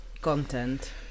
content